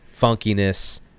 funkiness